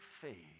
faith